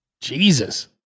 Jesus